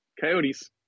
Coyotes